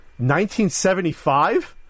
1975